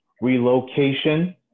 Relocation